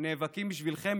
נאבקים בשבילכם,